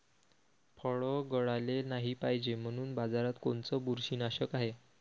फळं गळाले नाही पायजे म्हनून बाजारात कोनचं बुरशीनाशक हाय?